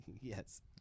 Yes